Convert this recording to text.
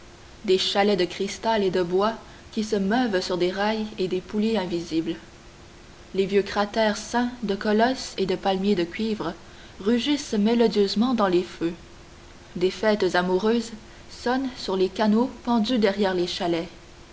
des chalets de cristal et de bois qui se meuvent sur des rails et des poulies invisibles les vieux cratères ceints de colosses et de palmiers de cuivre rugissent mélodieusement dans les feux des fêtes amoureuses sonnent sur les canaux pendus derrière les chalets